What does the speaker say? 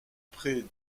près